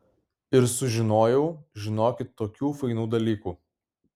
ir sužinojau žinokit tokių fainų dalykų